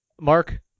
Mark